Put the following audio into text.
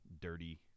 dirty